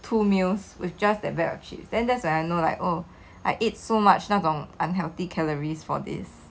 two meals with just that bag of chips then that's when I know like oh I ate so much 那种 unhealthy calories for this